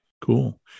Cool